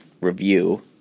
review